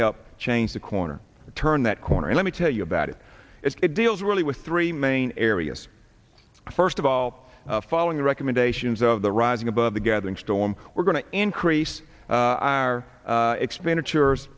help change the corner turn that corner let me tell you about it it deals really with three main areas first of all following the recommendations of the rising above the gathering storm we're going to increase our expenditures